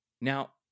Now